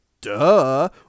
Duh